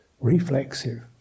reflexive